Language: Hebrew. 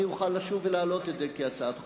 אני אוכל לשוב ולהעלות את זה כהצעת חוק.